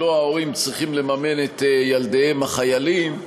שלא ההורים צריכים לממן את ילדיהם החיילים,